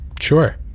Sure